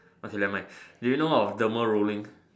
okay never mind do you know of derma rolling